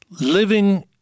Living